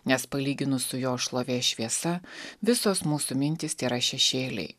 nes palyginus su jo šlovės šviesa visos mūsų mintys tėra šešėliai